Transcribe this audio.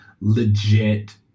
legit